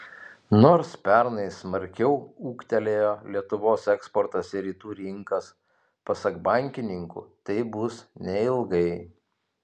nors pernai smarkiau ūgtelėjo lietuvos eksportas į rytų rinkas pasak bankininkų taip bus neilgai